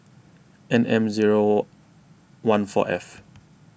N M zero one four F